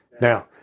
Now